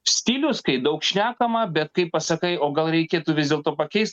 stilius kai daug šnekama bet kai pasakai o gal reikėtų vis dėlto pakeist